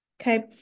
okay